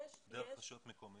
דרך רשויות מקומיות?